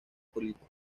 político